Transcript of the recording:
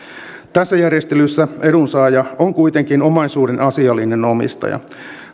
tässä järjestelyssä edunsaaja on kuitenkin omaisuuden asiallinen omistaja